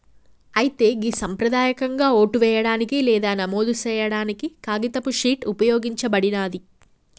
అయితే గి సంప్రదాయకంగా ఓటు వేయడానికి లేదా నమోదు సేయాడానికి కాగితపు షీట్ ఉపయోగించబడినాది